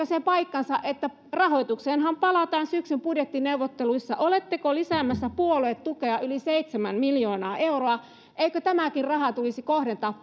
se paikkansa rahoitukseenhan palataan syksyn budjettineuvotteluissa että olette lisäämässä puoluetukea yli seitsemän miljoonaa euroa eikö tämäkin raha tulisi kohdentaa